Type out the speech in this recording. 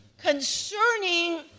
concerning